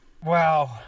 Wow